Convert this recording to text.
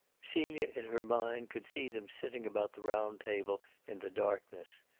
celia, in her mind, could see them sitting about the round table in the darkness,